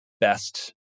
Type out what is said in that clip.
best